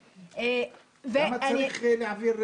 למה צריך להעביר בחוק?